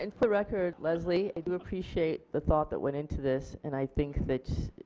and for the record leslie i do appreciate the thought that went into this and i think that